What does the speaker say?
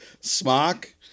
Smock